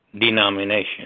denomination